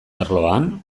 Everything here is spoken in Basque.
arloan